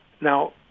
Now